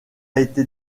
été